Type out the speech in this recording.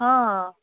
हा